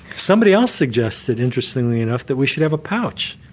somebody else suggested interestingly enough that we should have a pouch,